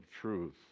truth